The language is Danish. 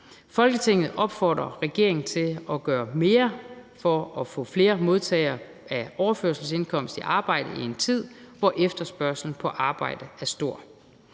Folketinget opfordrer regeringen til at gøre mere for at få flere modtagere af overførselsindkomst i arbejde i en tid, hvor efterspørgslen på arbejdskraft er stor.